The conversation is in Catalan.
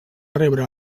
rebre